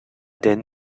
denn